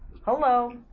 Hello